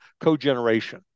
cogeneration